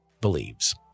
believes